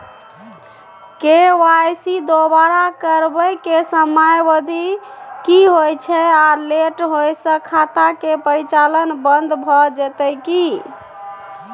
KYC दोबारा करबै के समयावधि की होय छै आ लेट होय स खाता के परिचालन बन्द भ जेतै की?